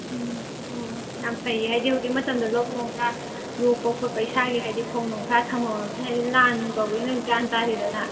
ꯎꯝ ꯑꯣ ꯑꯣ ꯌꯥꯝ ꯐꯩꯌꯦ ꯍꯥꯏꯗꯤ ꯍꯧꯖꯤꯛ ꯃꯇꯝꯗ ꯂꯧ ꯅꯨꯡ ꯈꯔ ꯂꯣꯛꯄ ꯈꯣꯠꯄ ꯏꯁꯥꯒꯤ ꯍꯥꯏꯗꯤ ꯐꯧ ꯅꯨꯡ ꯈꯔ ꯊꯝꯍꯧꯔꯕꯅꯤꯅ ꯍꯥꯏꯗꯤ ꯂꯥꯟꯅꯨꯡ ꯇꯧꯕꯅꯤꯅ ꯒ꯭ꯌꯥꯟ ꯇꯥꯗꯦꯗꯅ